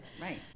right